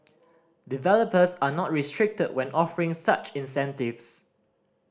developers are not restricted when offering such incentives